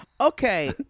Okay